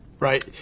Right